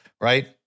Right